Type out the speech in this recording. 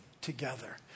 together